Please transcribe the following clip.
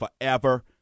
forever